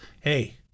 Hey